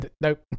nope